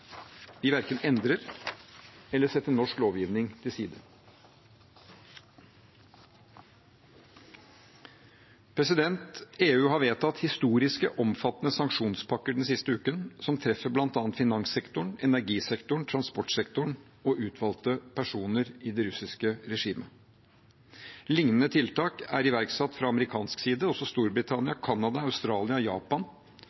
Vi verken endrer eller setter til side norsk lovgivning. EU har vedtatt historiske, omfattende sanksjonspakker den siste uken som treffer bl.a. finanssektoren, energisektoren, transportsektoren og utvalgte personer i det russiske regimet. Lignende tiltak er iverksatt fra amerikansk side. Også